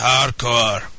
Hardcore